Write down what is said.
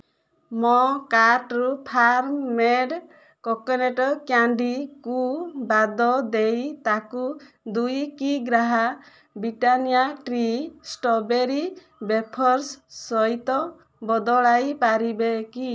ମୋ କାର୍ଟ୍ରୁ farm made coconut କ୍ୟାଣ୍ଡିକୁ ବାଦ ଦେଇ ତାହାକୁ ଦୁଇ କିଗ୍ରା ବ୍ରିଟାନିଆ ଟ୍ରିଟ୍ ଷ୍ଟ୍ରବେରୀ ୱେଫର୍ସ୍ ସହିତ ବଦଳାଇ ପାରିବେ କି